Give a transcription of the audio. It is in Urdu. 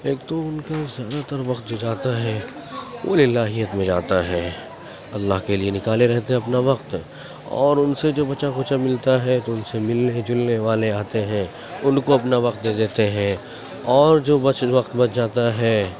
ایک تو ان کا زیادہ تر وقت جو جاتا ہے وہ للٰہیت میں جاتا ہے اللہ کے لیے نکالے رہتے ہیں اپنا وقت اور ان سے جو بچا کھچا ملتا ہے جو ان سے ملنے جلنے والے آتے ہیں ان کو اپنا وقت دے دیتے ہیں اور جو بچ وقت بچ جاتا ہے